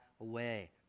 away